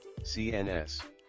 CNS